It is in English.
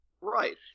Right